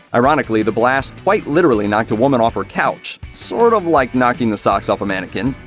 ironically, the blast quite literally knocked a woman off her couch, sort of like knocking the socks off a mannequin,